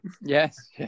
Yes